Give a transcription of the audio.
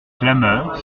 clameur